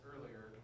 earlier